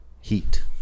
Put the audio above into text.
heat